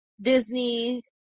Disney